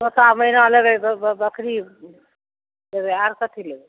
तोता मैना लेबै बकरी लेबै आर कथी लेबै